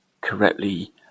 correctly